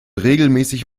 regelmäßig